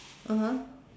(uh huh)